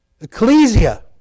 Ecclesia